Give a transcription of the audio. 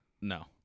No